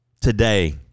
today